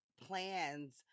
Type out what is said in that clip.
plans